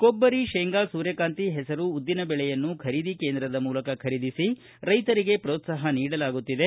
ಕೊಬ್ಬರಿ ಶೇಂಗಾ ಸೂರ್ಯಕಾಂತಿ ಹೆಸರು ಉದ್ದಿನಬೇಳೆಯನ್ನು ಖರೀದಿ ಕೇಂದ್ರದ ಮೂಲಕ ಖರೀದಿಸಿ ರೈತರಿಗೆ ಪ್ರೋತ್ಲಾಹ ನೀಡಲಾಗುತ್ತಿದೆ